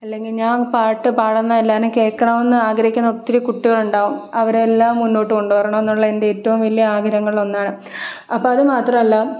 അല്ലെങ്കിൽ ഞാൻ പാട്ട് പാടുന്നത് എല്ലാവരും കേൾക്കണമെന്ന് ആഗ്രഹിക്കുന്ന ഒത്തിരി കുട്ടികളുണ്ടാവും അവരെയെല്ലാം മുന്നോട്ട് കൊണ്ട് വരണമെന്നുള്ള എൻ്റെ ഏറ്റവും വലിയ ആഗ്രഹങ്ങളിൽ ഒന്നാണ് അപ്പം അത് മാത്രവല്ല